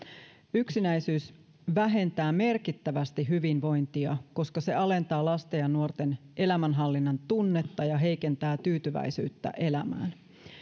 yksinäisyys vähentää merkittävästi hyvinvointia koska se alentaa lasten ja nuorten elämänhallinnan tunnetta ja heikentää tyytyväisyyttä elämään